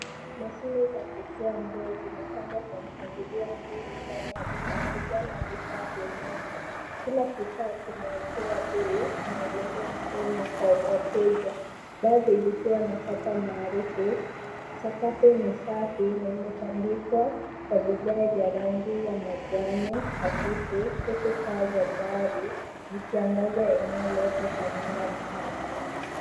Mashine za kufua nguo zimepangwa wa mpangilio mzuri ndani ya duka kubwa la vifaa vya umeme. Kila kifaa kimeekewa bei na maelezo muhimu kwa wateja; baadhi zikiwa na chapa maarufu. Sakafu ni safi na imetandikwa kwa vigae vya rangi ya manjano hafifu huku taa za dari zikiangaza eneo lote kwa mwanga mkali.